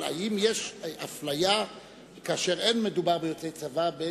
אבל האם יש אפליה כאשר אין מדובר ביוצאי צבא?